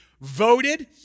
voted